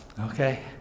okay